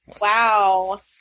Wow